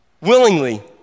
Willingly